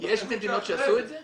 יש מדינות שעשו את זה?